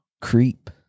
creep